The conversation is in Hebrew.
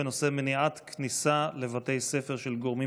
בנושא: מניעת כניסה לבתי ספר של גורמים